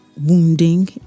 wounding